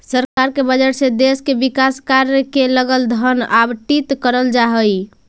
सरकार के बजट से देश के विकास कार्य के लगल धन आवंटित करल जा हई